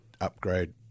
upgrade